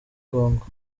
kongo